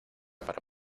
para